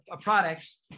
products